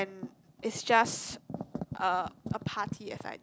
it's just a party as I